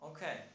Okay